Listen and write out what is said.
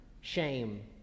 shame